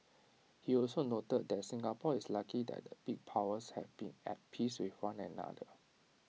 he also noted that Singapore is lucky that the big powers have been at peace with one another